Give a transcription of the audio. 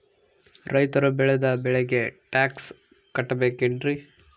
ರೈತರು ಬೆಳೆದ ಬೆಳೆಗೆ ಟ್ಯಾಕ್ಸ್ ಕಟ್ಟಬೇಕೆನ್ರಿ?